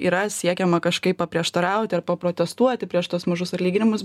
yra siekiama kažkaip paprieštarauti ar paprotestuoti prieš tuos mažus atlyginimus